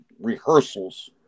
rehearsals